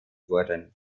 wurden